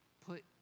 put